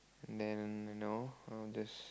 then you know I'll just